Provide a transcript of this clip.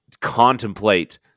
contemplate